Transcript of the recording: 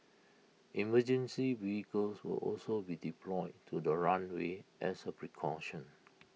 emergency vehicles will also be deployed to the runway as A precaution